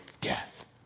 death